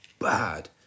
bad